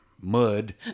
mud